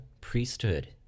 priesthood